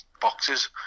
boxes